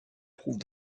trouve